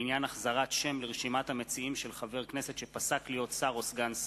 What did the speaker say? הצעת חוק התגמולים לנפגעי פעולות איבה (תיקון,